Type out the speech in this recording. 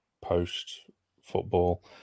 post-football